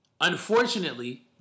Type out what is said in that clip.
unfortunately